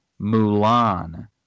Mulan